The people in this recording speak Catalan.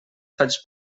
faig